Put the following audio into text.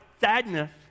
sadness